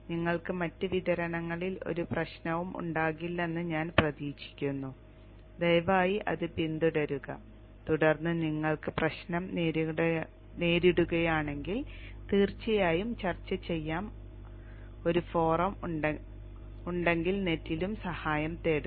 നിങ്ങൾക്ക് മറ്റ് വിതരണങ്ങളിൽ ഒരു പ്രശ്നവും ഉണ്ടാകില്ലെന്ന് ഞാൻ പ്രതീക്ഷിക്കുന്നു ദയവായി അത് പിന്തുടരുക തുടർന്ന് നിങ്ങൾക്ക് പ്രശ്നങ്ങൾ നേരിടുകയാണെങ്കിൽ തീർച്ചയായും ചർച്ച ചെയ്യാൻ ഒരു ഫോറം ഉണ്ടെങ്കിൽ നെറ്റിലും സഹായം തേടുക